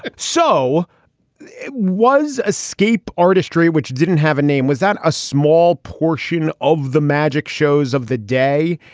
and so it was escape artistry, which didn't have a name. was that a small portion of the magic shows of the day?